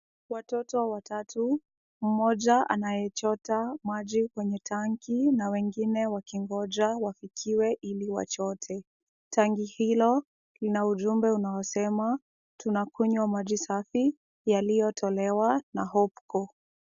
Watoto watatu, mmoja anayechota maji kwenye tanki, na wengine wakingoja wafikiwe ili wachote. Tanki hilo lina ujumbe unaosema, tunakunywa maji safi yaliyotolewa na Hopecore.